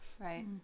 Right